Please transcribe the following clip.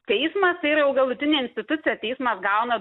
teismas yra jau galutinė institucija teismas gauna